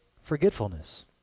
forgetfulness